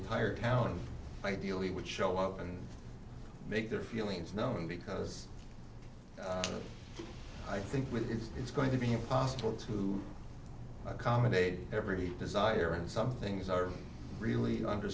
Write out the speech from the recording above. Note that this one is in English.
entire town ideally would show up and make their feelings known because i think with these it's going to be impossible to accommodate every desire and some things are really under